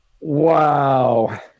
wow